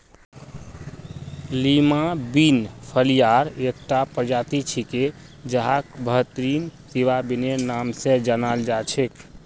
Lima bean फलियार एकता प्रजाति छिके जहाक बटरबीन, सिवा बिनेर नाम स जानाल जा छेक